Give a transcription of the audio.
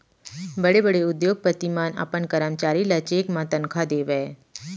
बड़े बड़े उद्योगपति मन अपन करमचारी ल चेक म तनखा देवय